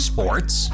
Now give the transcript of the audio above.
Sports